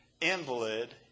invalid